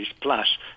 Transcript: plus